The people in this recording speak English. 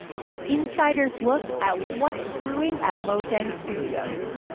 an insider's look at what's brewing at mojang studios.